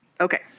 Okay